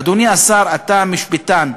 אדוני השר, אתה משפטן.